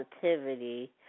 positivity